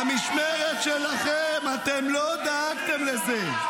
במשמרת שלכם אתם לא דאגתם לזה.